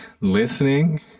listening